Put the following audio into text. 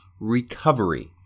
recovery